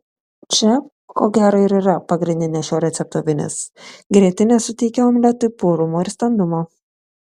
čia ko gero ir yra pagrindinė šito recepto vinis grietinė suteikia omletui purumo ir standumo